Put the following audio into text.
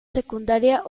secundaria